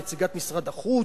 נציגת משרד החוץ,